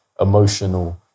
emotional